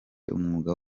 umwuga